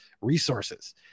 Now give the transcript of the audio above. resources